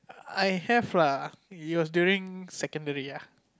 I have lah it was during secondary ah